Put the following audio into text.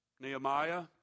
Nehemiah